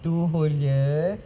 two whole years